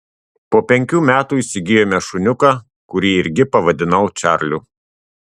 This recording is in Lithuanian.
po penkių metų įsigijome šuniuką kurį irgi pavadinau čarliu